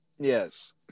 Yes